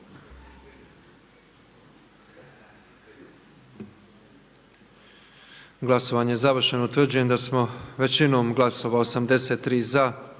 Glasovanje je završeno. Utvrđujem da smo većinom glasova 122